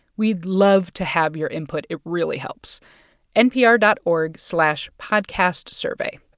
we'd love to have your input. it really helps npr dot org slash podcastsurvey.